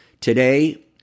Today